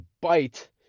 bite